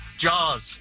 Jaws